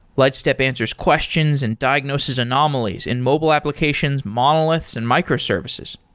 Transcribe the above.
lightstep answers questions and diagnoses anomalies in mobile applications, monoliths and microservices.